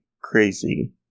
crazy